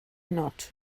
not